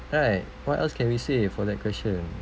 right what else can we say for that question